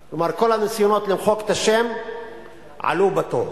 כלומר כל הניסיונות למחוק את השם עלו בתוהו,